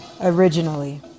originally